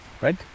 right